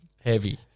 heavy